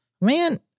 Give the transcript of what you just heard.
man